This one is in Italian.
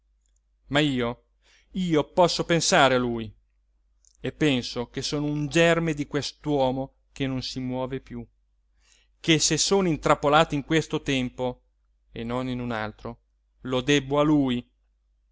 ma io io posso pensare a lui e penso che sono un germe di quest'uomo che non si muove più che se sono intrappolato in questo tempo e non in un altro lo debbo a lui